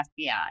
FBI